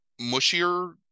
mushier